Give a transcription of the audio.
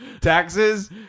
taxes